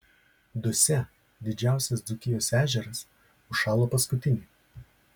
dusia didžiausias dzūkijos ežeras užšalo paskutinė